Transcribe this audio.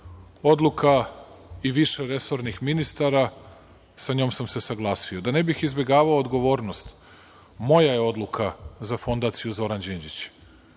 odluka i više resornih ministara, sa njom sam se saglasio. Da ne bih izbegavao odgovornost moja je odluka za Fondaciju Zoran Đinđić.